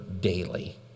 daily